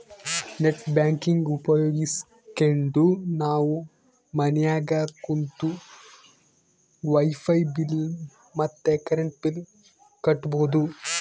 net banking ಉಪಯೋಗಿಸ್ಕೆಂಡು ನಾವು ಮನ್ಯಾಗ ಕುಂತು ವೈಫೈ ಬಿಲ್ ಮತ್ತೆ ಕರೆಂಟ್ ಬಿಲ್ ಕಟ್ಬೋದು